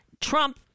Trump